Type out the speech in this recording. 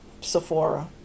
Sephora